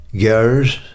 girls